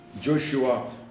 Joshua